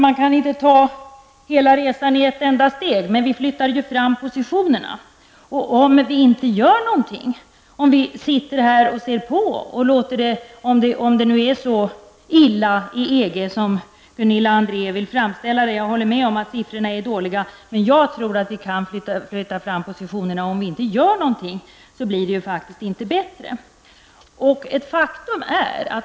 Man kan inte ta hela resan i ett enda steg, men vi flyttar ju fram positionerna. Om det nu är så illa inom EG som Gunilla André vill framställa det -- jag håller med om att siffrorna är dåliga -- blir det faktiskt inte bättre om vi inte gör någonting. Jag tror att vi kan flytta fram positionerna.